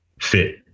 fit